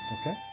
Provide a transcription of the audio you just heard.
Okay